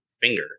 finger